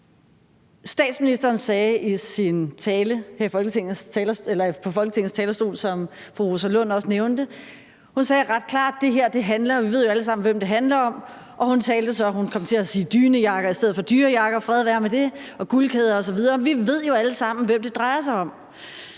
Statsministeren sagde i sin tale her på Folketingets talerstol, som fru Rosa Lund også nævnte, ret klart: Vi ved jo alle sammen, hvem det handler om. Hun kom så til at sige dynejakker i stedet for dyre jakker, fred være med det, og guldkæder osv. Vi ved jo alle sammen, hvem det drejer sig om.